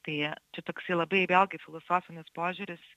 tai čia toksai labai vėlgi filosofinis požiūris